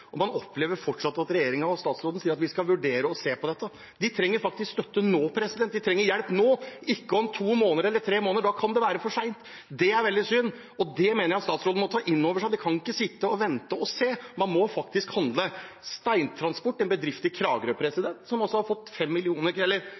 og de trenger hjelp nå, ikke om to–tre måneder, da kan det være for seint. Det er veldig synd, og det mener jeg at statsråden må ta inn over seg. Man kan ikke sitte og vente og se, man må faktisk handle. Steintransport, en bedrift i Kragerø,